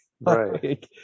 Right